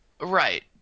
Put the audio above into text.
right